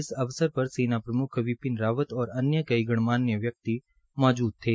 इस अवसर पर सेना प्रम्ख बिपिन रावत और अन्य कई गणमान्य व्यक्ति मौजूद थे